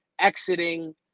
exiting